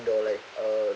or like uh